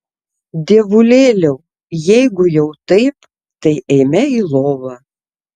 dievulėliau jeigu jau taip tai eime į lovą